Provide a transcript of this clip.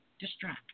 distract